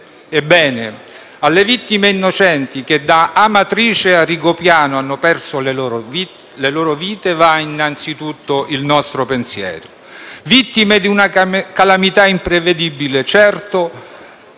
Ebbene, alle vittime innocenti che da Amatrice a Rigopiano hanno perso le loro vite va innanzitutto il nostro pensiero; vittime di una calamità imprevedibile, certo,